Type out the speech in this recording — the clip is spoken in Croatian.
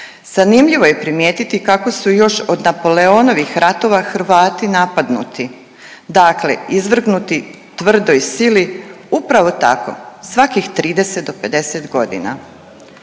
Zanimljivo je primijetiti kako su još od Napoleonovih ratova Hrvati napadnuti, dakle izvrgnuti tvrdoj sili upravo tako svakih 30 do 50 godina.